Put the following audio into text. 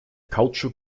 kautschuk